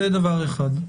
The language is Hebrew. זה דבר אחד.